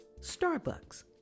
Starbucks